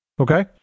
Okay